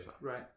Right